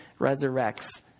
resurrects